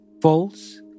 false